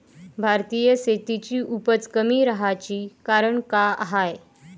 भारतीय शेतीची उपज कमी राहाची कारन का हाय?